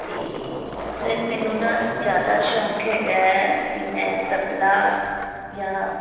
ਅਤੇ ਸਰ ਮੈਨੂੰ ਨਾ ਜ਼ਿਆਦਾ ਸ਼ੌਂਕ ਹੈਗਾ ਵੀ ਮੈਂ ਤਬਲਾ ਜਾਂ